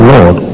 Lord